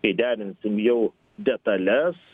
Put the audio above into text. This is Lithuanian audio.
kai derinsim jau detales